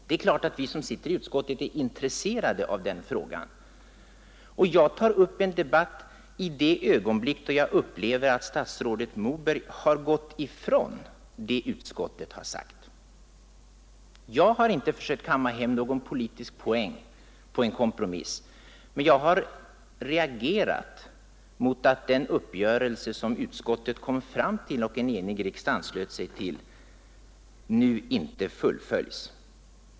Det är klart att vi, som sitter i utskottet, är intresserade av den frågan, och att jag tar upp en debatt i det ögonblick jag upplever att statsrådet Moberg har gått ifrån det som utskottet har sagt. Jag har inte försökt kamma hem någon politisk poäng på en kompromiss, men jag har reagerat mot att den uppgörelse som utskottet kom fram till och en enhällig riksdag godtog nu inte fullföljs.